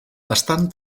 estan